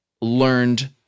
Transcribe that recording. learned